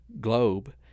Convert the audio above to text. globe